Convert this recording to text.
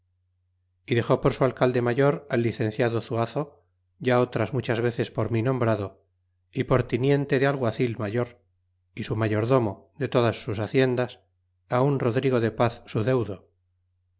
y dexé por su alcalde mayor al licenciado zuazo ya otras muchas veces por mi nombrado y por tiniente de alguazil mayor y su mayordomo de todas sus haciendas a un rodrigo de paz su deudo